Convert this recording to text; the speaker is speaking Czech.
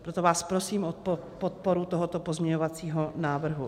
Proto vás prosím o podporu tohoto pozměňovacího návrhu.